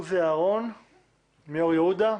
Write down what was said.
נעבור לעוזי אהרון מאור יהודה,